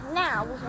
now